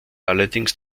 allerdings